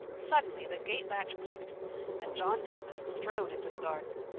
suddenly the gate-latch clicked and john douglas strode into the garden.